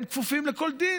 הם כפופים לכל דין,